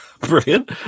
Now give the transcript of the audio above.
Brilliant